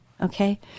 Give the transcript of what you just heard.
Okay